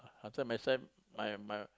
last time my son my my